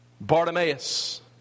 Bartimaeus